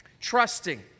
trusting